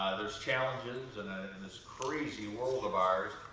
there's challenges and ah in this crazy world of ours,